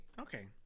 Okay